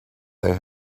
they